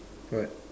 what